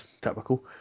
typical